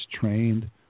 trained